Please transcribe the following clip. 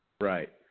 Right